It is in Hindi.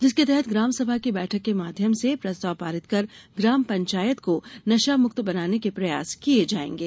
जिसके तहत ग्राम सभा की बैठक के माध्यम से प्रस्ताव पारित कर ग्राम पंचायत को नशामुक्त बनाने के प्रयास किये जायेंगे